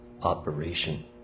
Operation